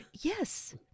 Yes